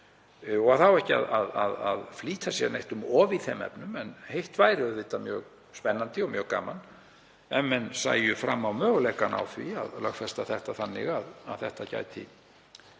Það á ekki að flýta sér neitt um of í þeim efnum. En hitt væri auðvitað mjög spennandi og mjög gaman ef menn sæju fram á möguleikana á því að lögfesta það þannig að þetta gæti